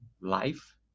life